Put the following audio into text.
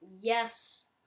Yes